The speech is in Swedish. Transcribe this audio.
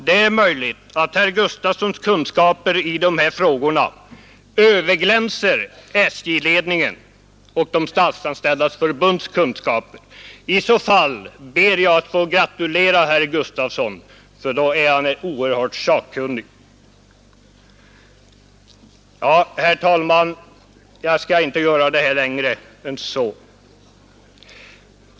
Det är möjligt att herr Gustafsons kunskaper i dessa frågor överglänser SJ-ledningens kunskaper och kunskaperna hos de människor som arbetat med detta inom Statsanställdas förbund; i så fall ber jag att få gratulera herr Gustafson, för då är han oerhört sakkunnig. Herr talman! Jag skall inte göra mitt inlägg längre än så.